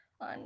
on